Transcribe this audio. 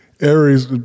Aries